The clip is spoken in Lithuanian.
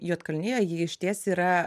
juodkalnija ji išties yra